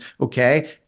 okay